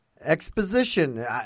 exposition